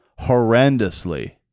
horrendously